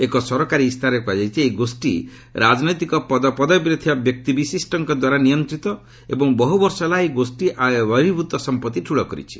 ଏକ ସରକାରୀ ଇସ୍ତାହାରରେ କୃହାଯାଇଛି ଏହି ଗୋଷ୍ଠୀ ରାଜନୈତିକ ପଦପଦବୀରେ ଥିବା ବିଶିଷ୍ଟ ବ୍ୟକ୍ତିମାନଙ୍କ ଦ୍ୱାରା ନିୟନ୍ତିତ ଏବଂ ବହ ବର୍ଷ ହେଲା ଏହି ଗୋଷୀ ଆୟବର୍ହିଭ୍ତ ସମ୍ପତ୍ତି ଠୂଳ କରିଛି